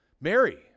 Mary